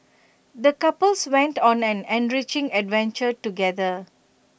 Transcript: the couples went on an enriching adventure together